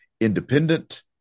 independent